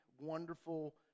wonderful